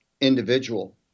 individual